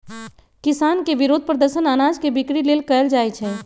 किसान के विरोध प्रदर्शन अनाज के बिक्री लेल कएल जाइ छै